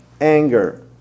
anger